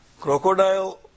Crocodile